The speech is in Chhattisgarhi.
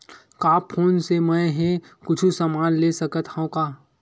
का फोन से मै हे कुछु समान ले सकत हाव का?